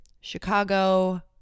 Chicago